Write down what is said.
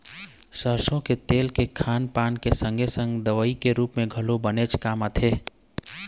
सरसो के तेल के खान पान के संगे संग दवई के रुप म घलोक बनेच काम आथे